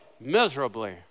miserably